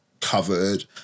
covered